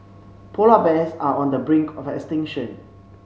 polar bears are on the brink of extinction